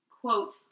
quote